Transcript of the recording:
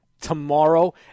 tomorrow